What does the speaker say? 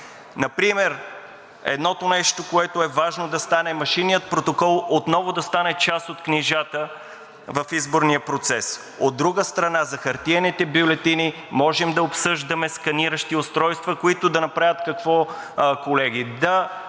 Например едното нещо, което е важно да стане, машинният протокол отново да стане част от книжата в изборния процес. От друга страна, за хартиените бюлетини можем да обсъждаме сканиращи устройства, които да направят – какво, колеги